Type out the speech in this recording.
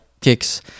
kicks